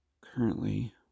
Currently